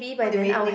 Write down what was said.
what do you mean next